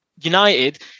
united